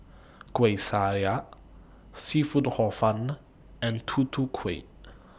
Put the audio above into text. Kueh Syara Seafood Hor Fun and Tutu Kueh